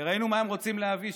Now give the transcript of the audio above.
וראינו מה הם רוצים להביא,